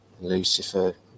Lucifer